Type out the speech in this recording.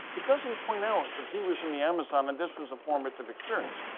it doesn't point out that he was in the amazon and this was a formative experience.